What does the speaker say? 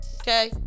okay